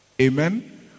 amen